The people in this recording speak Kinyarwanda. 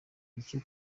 icyo